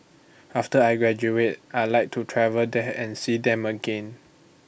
after I graduate I'd like to travel there and see them again